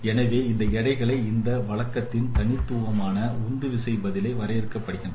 எனவே இந்த எடைகள் இந்த வழக்கத்தில் தனித்துவமான உந்துவிசை பதிலை வரையறுக்கின்றன